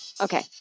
Okay